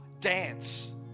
dance